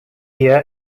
year